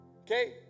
Okay